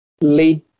lead